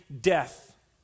death